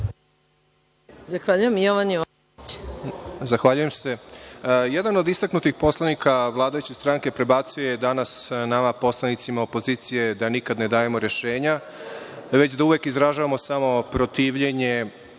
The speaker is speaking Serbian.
Zahvaljujem se. Jedan od istaknutih poslanika vladajuće stranke prebacio je danas nama poslanicima opozicije da nikada ne dajemo rešenja, već da uvek izražavamo samo protivljenje